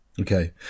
okay